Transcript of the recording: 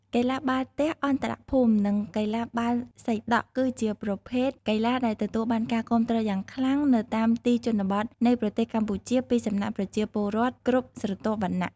កីឡាបាល់ទះអន្តរភូមិ និងកីឡាបាល់សីដក់គឺជាប្រភេទកីឡាដែលទទួលបានការគាំទ្រយ៉ាងខ្លាំងនៅតាមទីជនបទនៃប្រទេសកម្ពុជាពីសំណាក់ប្រជាពលរដ្ឋគ្រប់ស្រទាប់វណ្ណៈ។